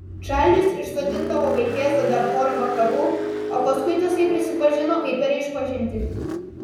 čarlis išsodindavo vaikėzą dar pora vakarų o paskui tasai prisipažino kaip per išpažintį